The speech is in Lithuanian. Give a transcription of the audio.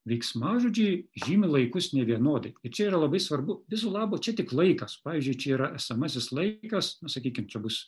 veiksmažodžiai žymi laikus nevienodai čia yra labai svarbu viso labo čia tik laikas pavyzdžiui čia yra esamasis laikas nu sakykim čia bus